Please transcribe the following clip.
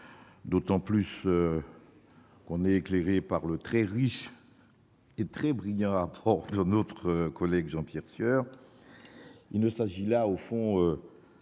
d'autant que nous sommes éclairés par le très riche et très brillant rapport de notre collègue Jean-Pierre Sueur. Il ne s'agit, au fond,